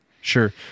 sure